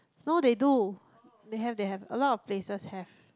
no they do they have they have a lot of places have